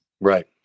Right